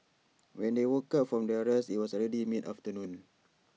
when they woke up from their rest IT was already mid afternoon